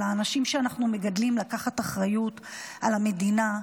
על האנשים שאנחנו מגדלים לקחת אחריות על המדינה,